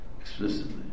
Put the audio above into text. explicitly